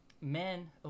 men